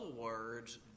words